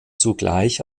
zugleich